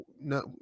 no